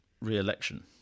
re-election